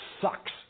sucks